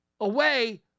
away